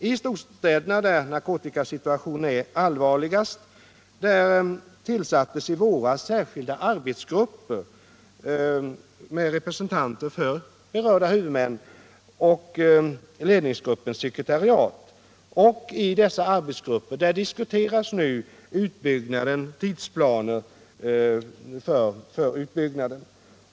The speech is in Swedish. I storstäderna, där narkotikasituationen är allvarligast, tillsattes i våras särskilda arbetsgrupper med representanter för berörda huvudmän och ledningsgruppens sekretariat. I dessa grupper diskuteras nu tidsplaner för utbyggnaden.